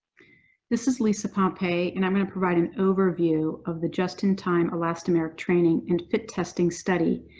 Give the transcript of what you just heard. this is lisa pompeii and i'm going to provide an overview of the just-in-time elastomeric training and fit testing study,